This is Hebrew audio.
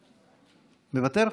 מוותר?